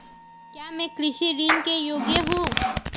क्या मैं कृषि ऋण के योग्य हूँ?